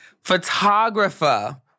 photographer